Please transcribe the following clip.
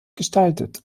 gestaltet